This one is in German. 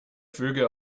vögel